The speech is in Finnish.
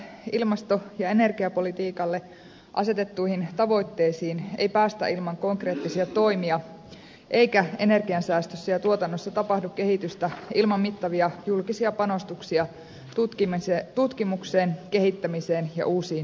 ilmasto ja energiapolitiikalle asetettuihin tavoitteisiin ei päästä ilman konkreettisia toimia eikä energiansäästössä ja tuotannossa tapahdu kehitystä ilman mittavia julkisia panostuksia tutkimukseen kehittämiseen ja uusiin innovaatioihin